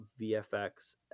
VFX